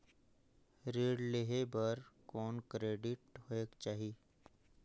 ऋण लेहे बर कौन क्रेडिट होयक चाही?